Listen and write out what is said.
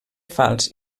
fals